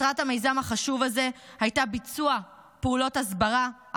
מטרת המיזם החשוב הזה הייתה ביצוע פעולות הסברה,